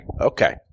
Okay